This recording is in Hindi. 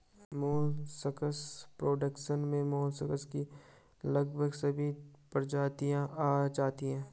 मोलस्कस प्रोडक्शन में मोलस्कस की लगभग सभी प्रजातियां आ जाती हैं